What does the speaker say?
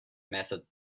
method